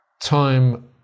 time